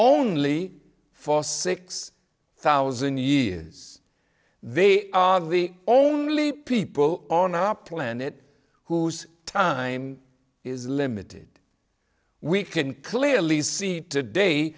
only for six thousand years they are the only people on our planet whose time is limited we can clearly see t